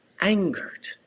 angered